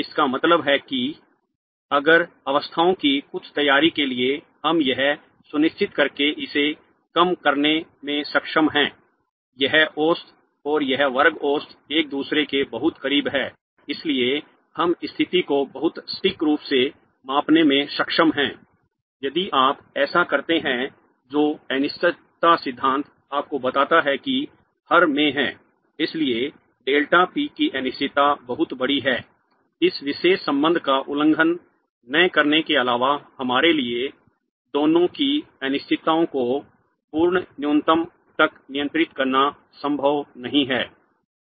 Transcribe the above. इसका मतलब यह है कि अगर राज्यों की कुछ तैयारी के लिए हम यह सुनिश्चित करके इसे कम करने में सक्षम हैं कि यह औसत और यह वर्ग औसत एक दूसरे के बहुत करीब हैं इसलिए हम स्थिति को बहुत सटीक रूप से मापने में सक्षम हैं यदि आप ऐसा करते हैं जो अनिश्चितता सिद्धांत आपको बताता है कि हर में है इसलिए डेल्टा पी में अनिश्चितता बहुत बड़ी है इस विशेष संबंध का उल्लंघन न करने के अलावा हमारे लिए दोनों की अनिश्चितताओं को पूर्ण न्यूनतम तक नियंत्रित करना संभव नहीं है